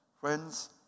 Friends